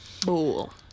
bull